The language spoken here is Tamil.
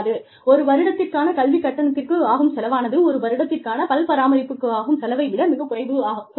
ஒரு வருடத்திற்கான கல்விக் கட்டணத்திற்கு ஆகும் செலவானது ஒரு வருடத்திற்கான பல் பராமரிப்புக்கு ஆகும் செலவை விட மிகக் குறைவு தான்